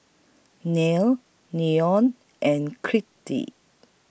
Nia Leonor and Crete